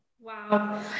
Wow